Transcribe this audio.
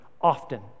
often